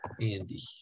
Andy